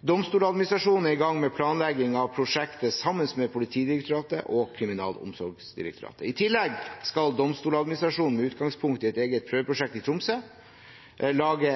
Domstoladministrasjonen er i gang med planlegging av prosjektet sammen med Politidirektoratet og Kriminalomsorgsdirektoratet. I tillegg skal Domstoladministrasjonen, med utgangspunkt i et eget prøveprosjekt i Tromsø, lage